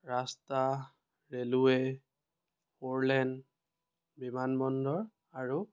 ৰাস্তা railway four lane বিমান বন্দৰ আৰু